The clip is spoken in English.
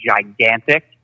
gigantic